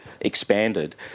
expanded